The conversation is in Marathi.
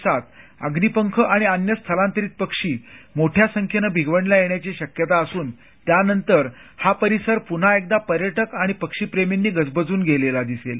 कदाचित येत्या काही दिवसांत अग्निपंख आणि अन्य स्थलांतरित पक्षी मोठ्या संख्येनं भिगवणला येण्याची शक्यता असून त्यानंतर हा परिसर पुन्हा एकदा पर्यटक आणि पक्षी प्रेमींनी गजबजून गेलेला दिसेल